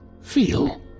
feel